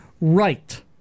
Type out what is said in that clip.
right